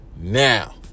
now